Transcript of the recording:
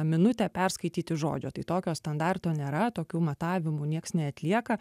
minutę perskaityti žodžių tai tokio standarto nėra tokių matavimų nieks neatlieka